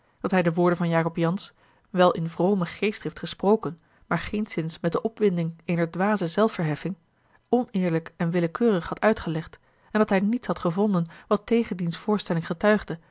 dat hij de woorden van jacob jansz wel in vrome geestdrift gesproken maar geenszins met de opwinding eener dwaze zelfverheffing oneerlijk en willekeurig had uitgelegd en dat hij niets had gevonden wat tegen diens voorstelling getuigde